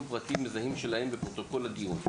פרטים מזהים שלהם בפרוטוקול הדיון.